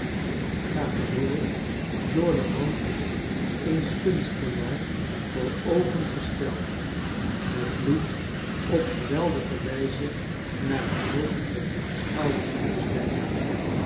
tafereel door de hand eens kunstenaars voor oogen gesteld het bloed op geweldige wijze naar het hoofd der aanschouwers opstijgen